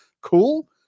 Cool